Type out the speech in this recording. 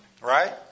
right